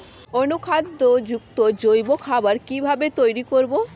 অনুখাদ্য যুক্ত জৈব খাবার কিভাবে তৈরি করব?